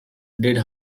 did